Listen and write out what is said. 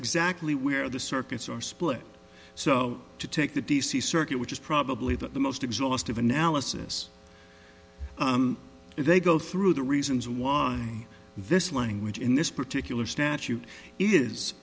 exactly where the circuits are split so to take the d c circuit which is probably the most exhaustive analysis if they go through the reasons why this language in this particular statute is